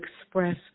express